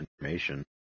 information